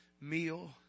meal